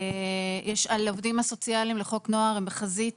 העובדים הסוציאליים לחוק נוער הם בחזית